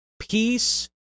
Peace